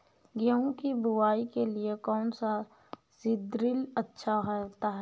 गेहूँ की बुवाई के लिए कौन सा सीद्रिल अच्छा होता है?